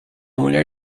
mulher